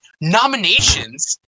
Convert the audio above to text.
nominations